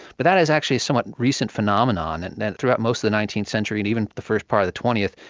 but that is actually a somewhat recent phenomenon. and and throughout most of the nineteenth century and even the first part of the twentieth,